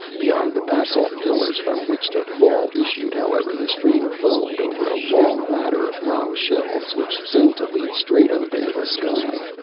beyond the basalt pillars from which the fall issued, however, the stream foamed over a long ladder of rock shelves which seemed to lead straight up into the sky.